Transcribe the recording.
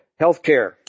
healthcare